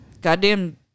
goddamn